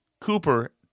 Cooper